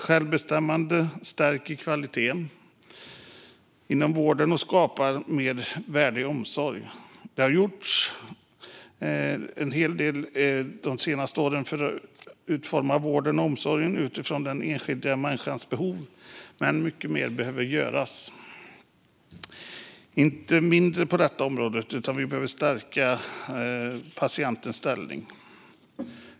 Självbestämmande stärker kvaliteten inom vården och skapar en mer värdig omsorg. Mycket har gjorts de senaste åren för att utforma vården och omsorgen utifrån den enskilda människans behov. Men mer, inte mindre, behöver göras på detta område, och patientens ställning behöver stärkas.